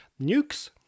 Nukes